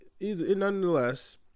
Nonetheless